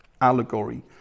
allegory